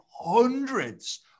hundreds